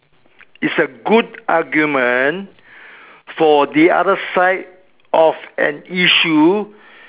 is a good argument for the other side of an issue